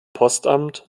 postamt